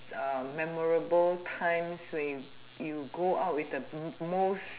uh memorable times we you go out with the most